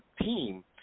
team